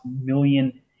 million